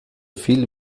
viel